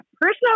Personal